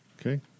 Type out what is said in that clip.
Okay